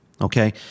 Okay